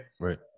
Right